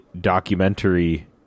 documentary